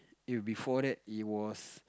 if before that it was